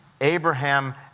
Abraham